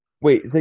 Wait